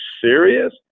serious